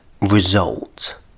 result